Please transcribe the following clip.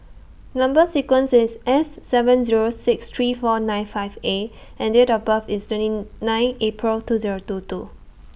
Number sequence IS S seven Zero six three four nine five A and Date of birth IS twenty nine April two Zero two two